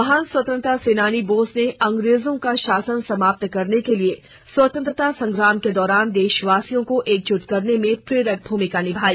महान स्वेतंत्रता सेनानी बोस ने अंग्रेजों का शासन समाप्त करने के लिए स्वतंत्रता संग्राम के दौरान देशवासियों को एकजुट करने में प्रेरक भूमिका निभाई